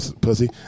pussy